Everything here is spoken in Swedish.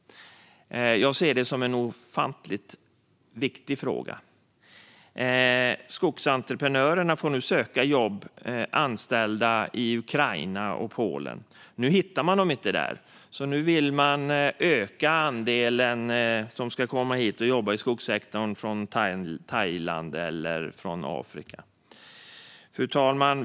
Jag ser detta som en ofantligt viktig fråga. Skogsentreprenörerna får söka anställda i Ukraina och Polen, men nu hittar de dem inte där, så de vill i stället öka andelen från Thailand och Afrika som ska komma hit och jobba i skogssektorn.